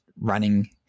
running